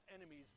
enemies